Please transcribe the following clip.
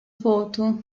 foto